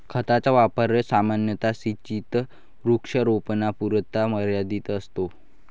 खताचा वापर सामान्यतः सिंचित वृक्षारोपणापुरता मर्यादित असतो